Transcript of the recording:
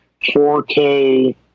4K